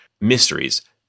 mysteries